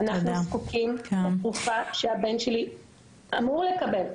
אנחנו זקוקים לתרופה שהבן שלי אמור לקבל.